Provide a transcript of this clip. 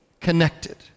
connected